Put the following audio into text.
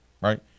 right